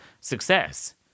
success